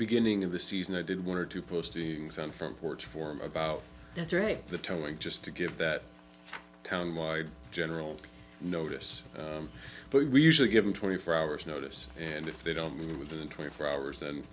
beginning of the season i did one or two postings on front porch form about that during the telling just to give that town wide general notice but we usually give them twenty four hours notice and if they don't need it within twenty four hours and